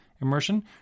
immersion